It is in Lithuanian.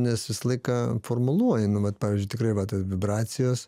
nes visą laiką formuluojami vat pavyzdžiui tikrai vat ir vibracijos